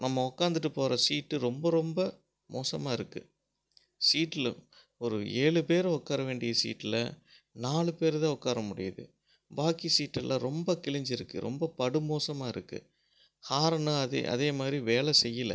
நம்ம உட்காந்துட்டு போகிற சீட்டு ரொம்ப ரொம்ப மோசமாக இருக்குது சீட்டில் ஒரு ஏழு பேர் உட்கார வேண்டிய சீட்டில் நாலு பேர் தான் உட்கார முடியுது பாக்கி சீட்டெலாம் ரொம்ப கிழிஞ்சிருக்குது ரொம்ப படுமோசமாக இருக்குது ஹார்னும் அதே மாதிரி வேலை செய்யலை